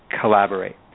collaborate